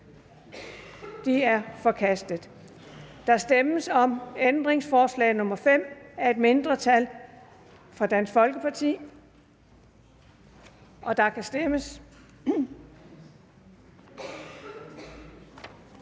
De er forkastet. Der stemmes om ændringsforslag nr. 5 af et mindretal (DF), og der kan stemmes.